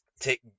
Take